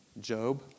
Job